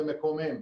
זה מקומם.